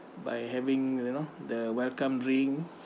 by having you know the welcome drink